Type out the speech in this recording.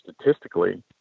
statistically